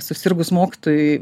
susirgus mokytojui